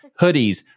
hoodies